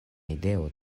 ideo